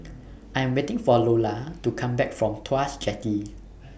I Am waiting For Lola to Come Back from Tuas Jetty